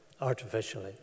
artificially